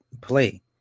play